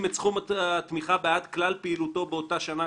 "את סכום התמיכה בעד כלל פעילותו באותה שנה,